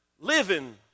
living